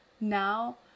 now